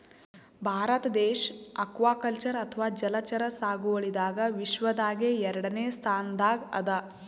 ಭಾರತ ದೇಶ್ ಅಕ್ವಾಕಲ್ಚರ್ ಅಥವಾ ಜಲಚರ ಸಾಗುವಳಿದಾಗ್ ವಿಶ್ವದಾಗೆ ಎರಡನೇ ಸ್ತಾನ್ದಾಗ್ ಅದಾ